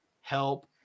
help